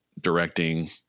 directing